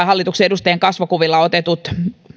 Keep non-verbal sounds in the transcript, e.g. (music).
(unintelligible) hallituksen edustajien kasvokuvilla otetut